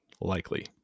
likely